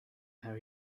how